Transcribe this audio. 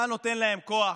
אתה נותן להם כוח.